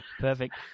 Perfect